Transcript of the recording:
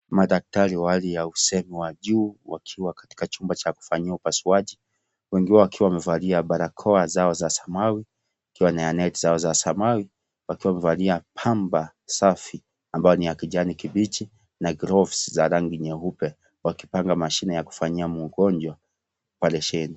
Madaktari wa hali wa sehemu ya juu wakiwa katika chumba cha kufanyia upasuaji, wengine waobwakiwa wamevalia barako zao za samawati wakiwa na neti zao za samawati, wakiwa wamevalia pamba safi ambayo ni ya kijani kibichi na gloves za rangi nyeupe wakipanga mashine za kufanyia mgonjwa oparesheni.